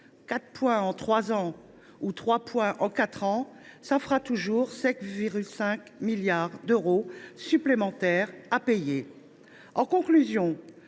4 points en trois ans ou 3 points en quatre ans, cela fera toujours 7,5 milliards d’euros supplémentaires à payer ! En conclusion,